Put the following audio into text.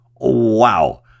Wow